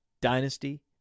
dynasty